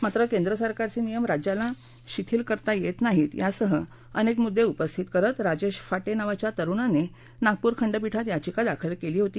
मात्र केंद्र सरकारचे नियम राज्याला शिथील करता येत नाहीत यासह अनेक मुद्दे उपस्थित करत राजेश फाटे नावाच्या तरूणानं नागपूर खंडपीठात याचिका दाखल केली होती